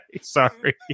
Sorry